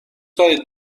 دارید